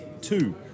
two